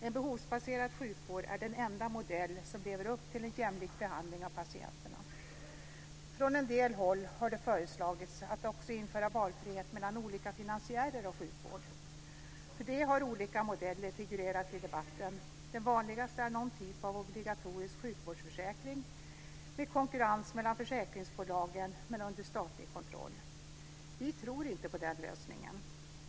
En behovsbaserad sjukvård är den enda modell som lever upp till en jämlik behandling av patienterna. Från en del håll har det föreslagits att man också ska införa valfrihet när det gäller olika finansiärer av sjukvård. För det har olika modeller figurerat i debatten. Den vanligaste är någon typ av obligatorisk sjukvårdsförsäkring med konkurrens mellan försäkringsbolagen men under statlig kontroll. Vi tror inte på den lösningen.